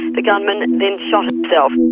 the gunman then shot himself.